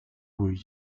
were